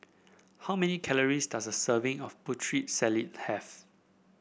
how many calories does a serving of Putri Salad have